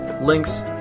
links